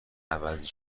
عوضی